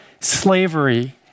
slavery